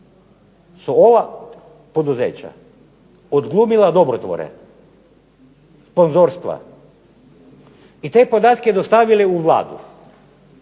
su ova poduzeća odglumila dobrotvore, sponzorstva i te podatke dostavili u Vladu.